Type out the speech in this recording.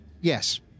Yes